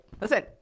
listen